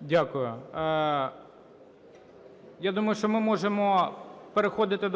Дякую. Я думаю, що ми можемо переходити